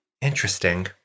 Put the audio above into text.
Interesting